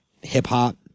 hip-hop